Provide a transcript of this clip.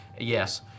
Yes